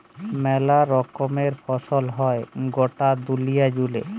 মেলা রকমের ফসল হ্যয় গটা দুলিয়া জুড়ে